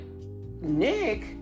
Nick